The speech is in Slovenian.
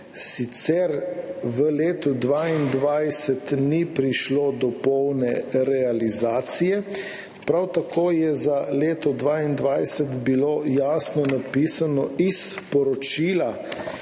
sicer v letu 2022 ni prišlo do polne realizacije. Prav tako je bilo za leto 2022 jasno napisano iz poročila,